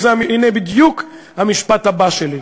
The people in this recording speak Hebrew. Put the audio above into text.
זה בדיוק המשפט הבא שלי.